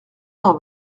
cent